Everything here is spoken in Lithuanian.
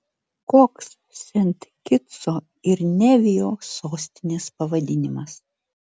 koks sent kitso ir nevio sostinės pavadinimas